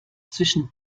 zwischen